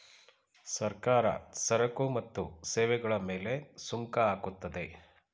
ಸರ್ಕಾರ ಸರಕು ಮತ್ತು ಸೇವೆಗಳ ಮೇಲೆ ಸುಂಕ ಹಾಕುತ್ತದೆ